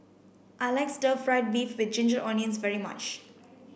I like stir fried beef with ginger onions very much